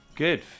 Good